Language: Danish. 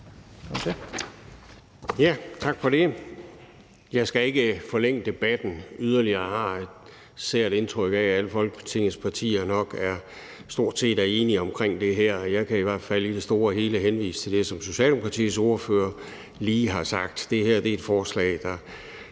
Tak for ordet.